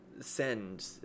send